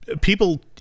people